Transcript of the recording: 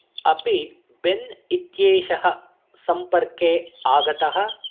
अपि बेन् इत्येषः सम्पर्के आगतः